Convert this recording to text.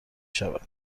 شود